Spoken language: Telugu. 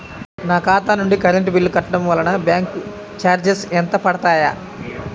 నా ఖాతా నుండి కరెంట్ బిల్ కట్టడం వలన బ్యాంకు చార్జెస్ ఎంత పడతాయా?